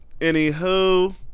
anywho